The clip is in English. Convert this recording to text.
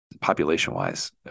population-wise